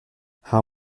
how